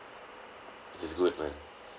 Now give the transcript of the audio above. it's good man